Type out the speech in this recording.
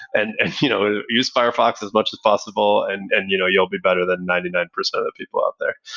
and and you know use firefox as much as possible and and you know you'll be better than ninety nine percent of the people out there.